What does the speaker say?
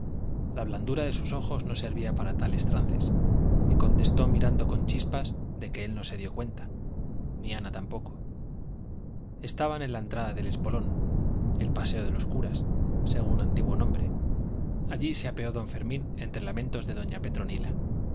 la blandura de sus ojos no servía para tales trances y contestó mirando con chispas de que él no se dio cuenta ni ana tampoco estaban en la entrada del espolón el paseo de los curas según antiguo nombre allí se apeó don fermín entre lamentos de doña petronila